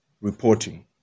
reporting